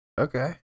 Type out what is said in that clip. okay